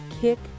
kick